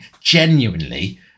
genuinely